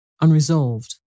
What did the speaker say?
unresolved